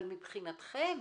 אבל מבחינתכם,